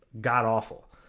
god-awful